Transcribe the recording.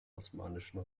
osmanischen